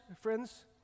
friends